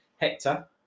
Hector